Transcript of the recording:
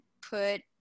put